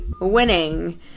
winning